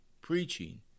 preaching